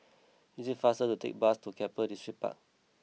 it is faster to take bus to Keppel Distripark